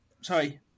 Sorry